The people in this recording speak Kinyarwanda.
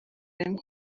rimwe